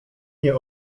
nie